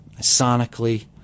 sonically